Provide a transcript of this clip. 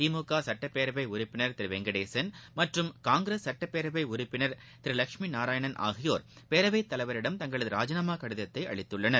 திமுக சட்ட்பபேரவை உறுப்பினர் திரு வெங்கடேசன் மற்றும் காங்கிரஸ் சட்டப்பேரவை உறுப்பினர் திரு லட்சுமி நாராயணன் ஆகியோர் பேரவை தலைவரிடம் தஙகளது ராஜினாமா கடிதத்தை அளித்துள்ளனர்